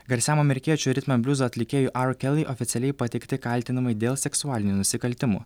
garsiam amerikiečių ritmenbliuzo atlikėjui ar keli oficialiai pateikti kaltinamai dėl seksualinių nusikaltimų